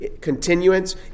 continuance